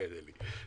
כן, אלי.